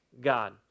God